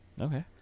Okay